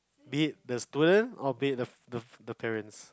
be it the student or be it the the the parents